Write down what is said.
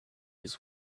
his